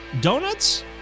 Donuts